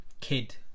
kid